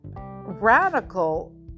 radical